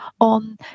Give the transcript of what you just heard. on